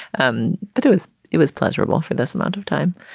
um but it was it was pleasurable for this amount of time.